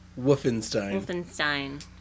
Wolfenstein